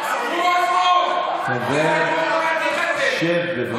פרוש, שב, בבקשה.